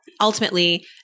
Ultimately